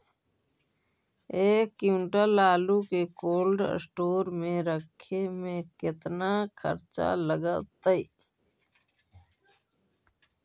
एक क्विंटल आलू के कोल्ड अस्टोर मे रखे मे केतना खरचा लगतइ?